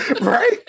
Right